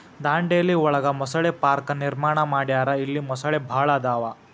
ದಾಂಡೇಲಿ ಒಳಗ ಮೊಸಳೆ ಪಾರ್ಕ ನಿರ್ಮಾಣ ಮಾಡ್ಯಾರ ಇಲ್ಲಿ ಮೊಸಳಿ ಭಾಳ ಅದಾವ